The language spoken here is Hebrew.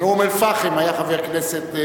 מאום-אל-פחם היה חבר כנסת,